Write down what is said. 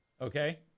Okay